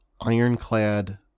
ironclad